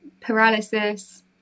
paralysis